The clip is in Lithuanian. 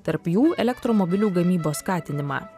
tarp jų elektromobilių gamybos skatinimą